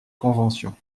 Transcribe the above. convention